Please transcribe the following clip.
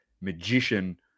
magician